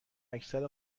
اکثر